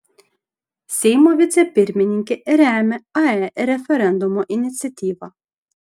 seimo vicepirmininkė remia ae referendumo iniciatyvą